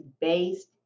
based